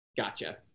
gotcha